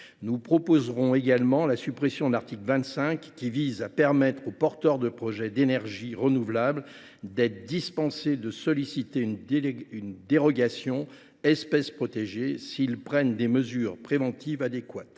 Nous proposerons également la suppression de l’article 25, qui permet aux porteurs de projets d’énergie renouvelable d’être dispensés de solliciter une dérogation espèce protégée s’ils prennent des mesures préventives adéquates.